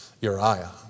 Uriah